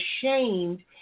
ashamed